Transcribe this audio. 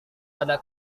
pada